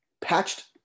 patched